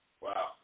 Wow